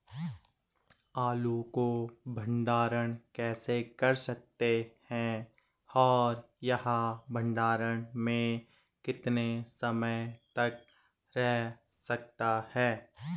आलू को भंडारण कैसे कर सकते हैं और यह भंडारण में कितने समय तक रह सकता है?